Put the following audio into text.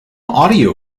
audio